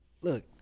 look